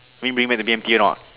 want me bring you back to B_M_T or not